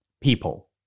People